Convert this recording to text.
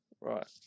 right